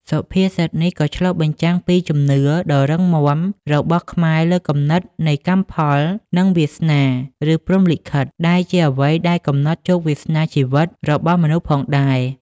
សុភាសិតនេះក៏ឆ្លុះបញ្ចាំងពីជំនឿដ៏រឹងមាំរបស់ខ្មែរលើគំនិតនៃកម្មផល និងវាសនា ឬព្រហ្មលិខិត ដែលជាអ្វីដែលកំណត់ជោគវាសនាជីវិតរបស់មនុស្សផងដែរ។